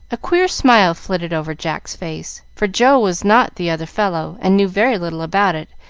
a queer smile flitted over jack's face, for joe was not the other fellow, and knew very little about it,